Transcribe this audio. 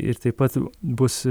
ir taip pat bus